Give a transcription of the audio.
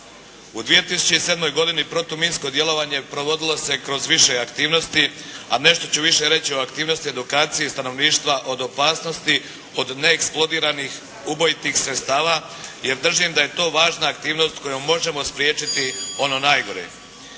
U 2007. godini protuminsko djelovanje provodilo se kroz više aktivnosti, a nešto ću više reći o aktivnosti edukacije i stanovništva od opasnosti od neeksplodiranih ubojitih sredstava jer držim da je to važna aktivnost kojom možemo spriječiti ono najgore.